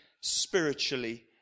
spiritually